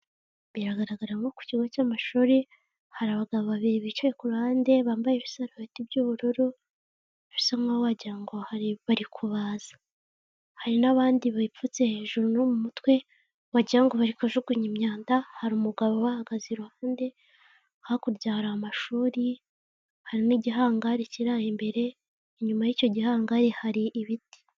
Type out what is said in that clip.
Biragaragara ko ku kigo cy'amashuri, hari abagabo babiri bicaye ku ruhande bambaye ibisaro biti by'ubururu, bisa nk'aho wagirango ngo hari kubaza. Hari n'abandi bayipfutse hejuru no mu mutwe, wagira ngo bari kujugunya imyanda, hari umugabo ubahagaze iruhande. Hakurya hari amashuri, hari n'igihangari kiri aho imbere. Inyuma y'icyo gihangare hari ibiti.